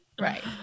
Right